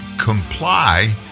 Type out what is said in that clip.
comply